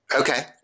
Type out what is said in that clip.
Okay